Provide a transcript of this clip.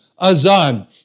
azan